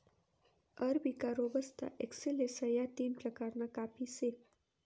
arabica, robusta, excelsa या तीन प्रकारना काफी से